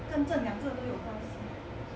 跟这两个都有关系